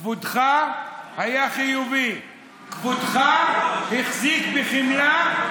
כבודך היה חיובי, כבודך החזיק בחמלה.